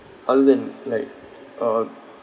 all in like uh